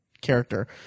character